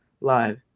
live